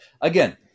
again